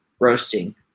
roasting